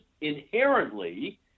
inherently